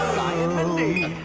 um mindy,